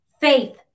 faith